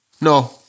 No